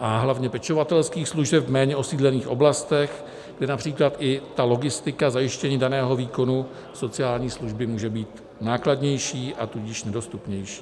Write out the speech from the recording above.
a hlavně pečovatelských služeb v méně osídlených oblastech, kde například i ta logistika zajištění daného výkonu sociální služby může být nákladnější, a tudíž nedostupnější.